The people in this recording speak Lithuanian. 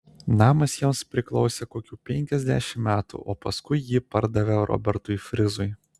namas jiems priklausė kokių penkiasdešimt metų o paskui jį pardavė robertui frizui